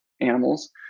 animals